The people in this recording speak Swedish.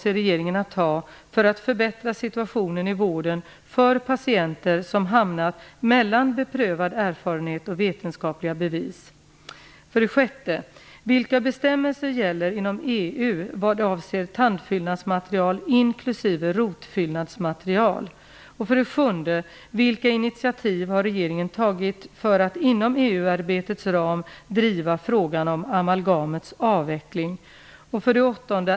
EU-arbetets ram driva frågan om amalgamets avveckling? 8.